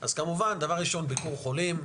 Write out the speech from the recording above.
אז כמובן דבר ראשון, ביקור חולים.